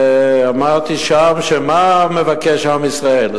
ואמרתי שם: מה מבקש עם ישראל?